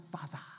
father